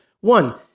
One